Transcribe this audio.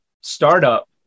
startup